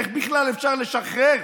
איך בכלל אפשר לשחרר,